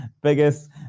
biggest